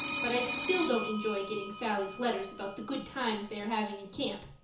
but i still don't enjoy getting sallie's letters about the good times they are having in camp!